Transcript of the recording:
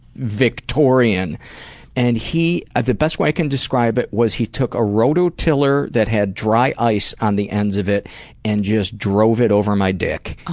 victorian and he ah the best way i can describe it was he took a rototiller that had dry ice on the ends of it and just drove it over my dick. oh